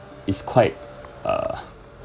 it's quite uh